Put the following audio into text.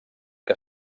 que